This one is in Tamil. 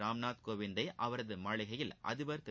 ராம்நாத் கோவிந்தை அவரது மாளிகையில் அதிபர் திரு